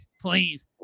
please